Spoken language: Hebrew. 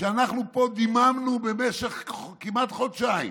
כשאנחנו פה דיממנו במשך כמעט חודשיים,